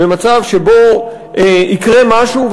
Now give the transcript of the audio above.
במצב שבו יקרה משהו,